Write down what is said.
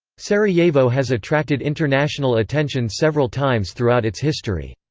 sarajevo has attracted international attention several times throughout its history.